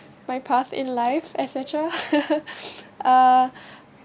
my path in life etcetera uh